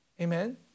Amen